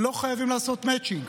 שלא חייבים לעשות בהם מצ'ינג,